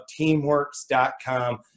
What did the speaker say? teamworks.com